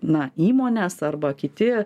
na įmonės arba kiti